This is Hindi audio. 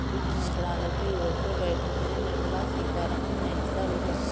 वित्त मंत्रालय की ओर से बैठक में निर्मला सीतारमन ने हिस्सा लिया